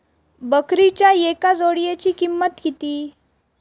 बकरीच्या एका जोडयेची किंमत किती?